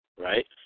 right